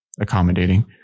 accommodating